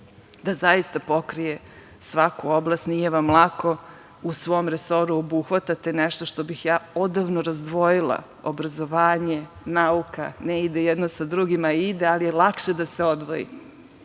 da zaista pokrije svaku oblast, nije vam lako. U svom resoru obuhvatate nešto što bih ja odavno razdvojila, obrazovanje, nauka ne ide jedno sa drugim. Ide, ali je lakše da se odvoji,